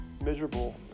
miserable